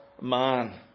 man